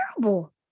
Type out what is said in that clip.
terrible